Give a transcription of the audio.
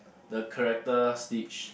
the character Stitch